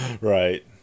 right